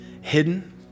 hidden